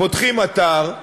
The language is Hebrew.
פותחים אתר,